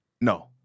No